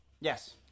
Yes